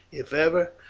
if ever,